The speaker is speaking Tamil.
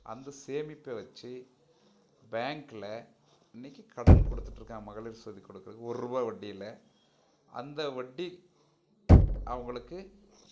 அந்த சேமிப்பு வச்சு பேங்க்கில் இன்னைக்கி கடன் கொடுத்துட்டு இருக்கான் மகளிர் சுய உதவி குழுக்கள் ஒரூவா வட்டியில் அந்த வட்டி அவங்களுக்கு